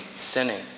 sinning